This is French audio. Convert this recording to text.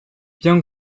bien